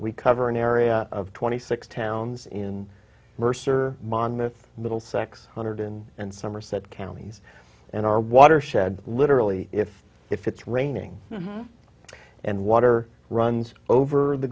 we cover an area of twenty six towns in mercer monmouth middlesex hundred and and somerset counties in our watershed literally if if it's raining and water runs over the